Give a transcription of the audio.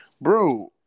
Bro